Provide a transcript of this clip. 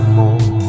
more